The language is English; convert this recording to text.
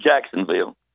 Jacksonville